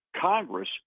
Congress